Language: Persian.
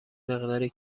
مقداری